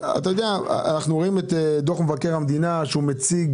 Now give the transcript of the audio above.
אנחנו רואים את דוח מבקר המדינה שמציג